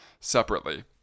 separately